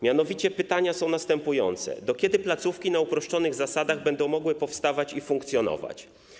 Mianowicie pytania są następujące: Do kiedy placówki na uproszczonych zasadach będą mogły powstawać i funkcjonować?